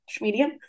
medium